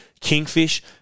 Kingfish